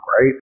right